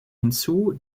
hinzu